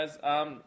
guys